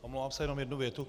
Omlouvám se, jen jednu větu.